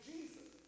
Jesus